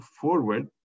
forward